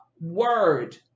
word